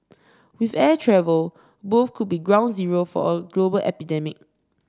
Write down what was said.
with air travel both could be ground zero for a global epidemic